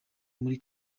muri